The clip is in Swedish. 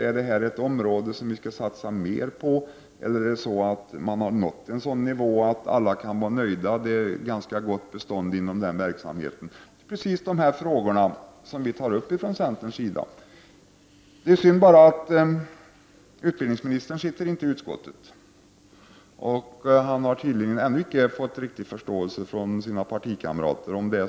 Är detta ett område som vi skall satsa mer på, eller har vi nått en sådan nivå att alla kan vara nöjda och tillståndet för verksamheten är gott? Det är just dessa frågor som vi i centern tar upp. Det är synd att utbildningsministern inte sitter i utskottet. Han har tydligen ännu icke fått riktig förståelse från sina partikamrater.